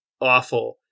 awful